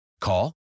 Call